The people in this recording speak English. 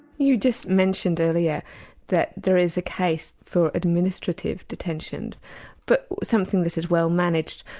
you just mentioned earlier that there is a case for administrative detention but something that is well managed.